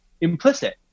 implicit